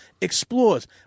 explores